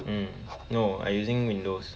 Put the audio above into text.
mm no I using windows